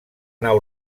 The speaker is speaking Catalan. nau